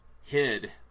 hid